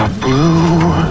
blue